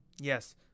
Yes